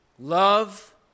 Love